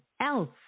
else